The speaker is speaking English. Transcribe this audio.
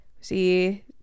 see